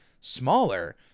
smaller